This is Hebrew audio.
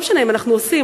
לא משנה אם אנחנו עושים,